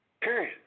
period